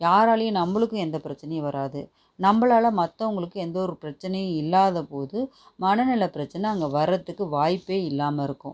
யாராலேயும் நம்மளுக்கும் எந்த பிரச்சினையும் வராது நம்மளால மற்றவங்களுக்கும் எந்த ஒரு பிரச்சினையும் இல்லாத போது மனநிலை பிரச்சினை அங்கே வரத்துக்கு வாய்ப்பே இல்லாமல் இருக்கும்